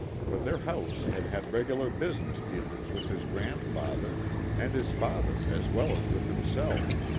for their house had had regular business deal ings with his grandfather and his father as well as with himself.